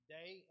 day